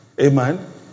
Amen